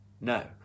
No